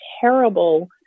terrible